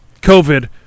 COVID